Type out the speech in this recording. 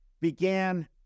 began